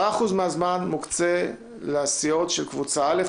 10% מהזמן מוקצה לסיעות של קבוצה א'.